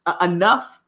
enough